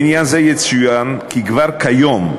בעניין זה יצוין כי כבר כיום,